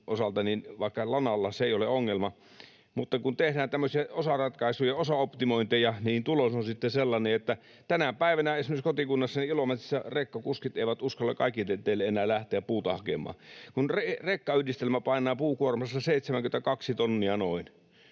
osalta vaikka lanalla, se ei ole ongelma, mutta kun tehdään tämmöisiä osaratkaisuja, osaoptimointeja, niin tulos on sitten sellainen, että tänä päivänä esimerkiksi kotikunnassani Ilomantsissa rekkakuskit eivät uskalla kaikille teille enää lähteä puuta hakemaan. Rekkayhdistelmä painaa puukuormassa noin